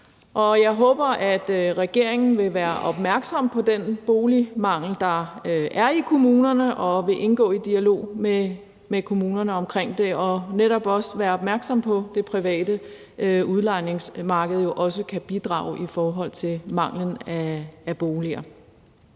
Jeg håber, at regeringen vil være opmærksom på den boligmangel, der er i kommunerne, og vil indgå i dialog med kommunerne om det og netop også være opmærksom på, at det private udlejningsmarked jo også kan bidrage til at løse manglen på boliger.